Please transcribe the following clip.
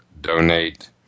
donate